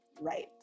right